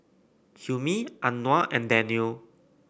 Hilmi Anuar and Daniel